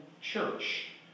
church